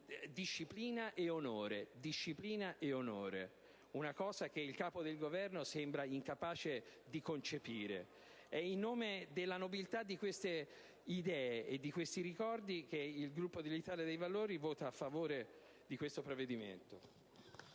disciplina ed onore (cosa che il Capo di Governo sembra incapace di concepire). È in nome della nobiltà di queste idee e di questi ricordi che il Gruppo dell'Italia dei Valori voterà a favore di questo provvedimento.